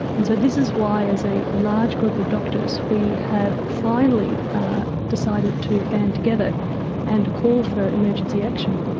and so this is why as a large group of doctors we have finally decided to band together and call for emergency action.